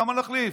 למה להחליף?